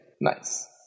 Nice